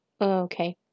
Okay